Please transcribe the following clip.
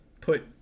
put